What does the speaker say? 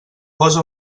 posa